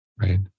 Right